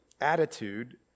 attitude